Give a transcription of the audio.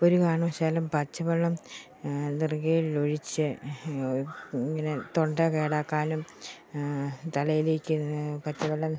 ഒരു കാരണവശാലും പച്ചവെള്ളം നെറുകയിൽ ഒഴിച്ച് ഇങ്ങനെ തൊണ്ട കേടാക്കാനും തലയിലേക്ക് പച്ചവെള്ളം